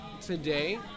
today